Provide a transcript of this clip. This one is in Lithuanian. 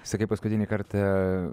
sakiau paskutinį kartą